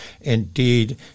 indeed